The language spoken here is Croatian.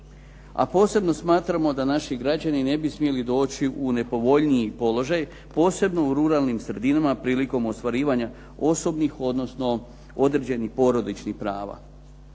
a posebno smatramo da naši građani ne bi smjeli doći u nepovoljniji položaj posebno u ruralnim sredinama prilikom ostvarivanja osobnih, odnosno određenih porodičnih prava.